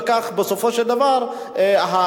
וכך בסופו של דבר הדיון,